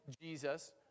Jesus